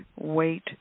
wait